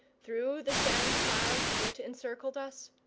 through the sand-clouds that encircled us,